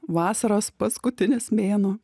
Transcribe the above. vasaros paskutinis mėnuo